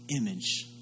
image